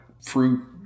fruit